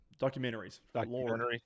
documentaries